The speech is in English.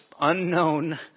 unknown